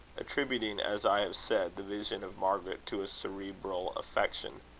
attributing, as i have said, the vision of margaret to a cerebral affection.